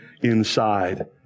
inside